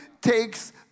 takes